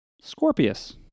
Scorpius